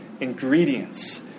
ingredients